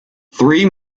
three